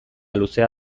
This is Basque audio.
luzea